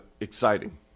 Exciting